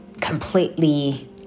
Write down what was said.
completely